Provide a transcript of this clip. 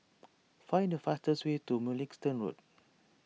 find the fastest way to Mugliston Road